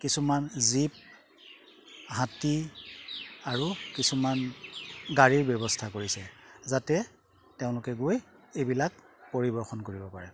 কিছুমান জীপ হাতী আৰু কিছুমান গাড়ীৰ ব্যৱস্থা কৰিছে যাতে তেওঁলোকে গৈ এইবিলাক পৰিদৰ্শন কৰিব পাৰে